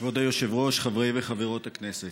כבוד היושב-ראש, חברי וחברות הכנסת,